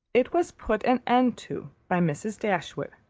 it was put an end to by mrs. dashwood,